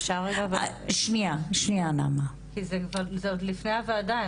כי זה עוד לפני הוועדה,